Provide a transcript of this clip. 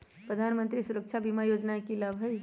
प्रधानमंत्री सुरक्षा बीमा योजना के की लाभ हई?